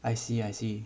I see I see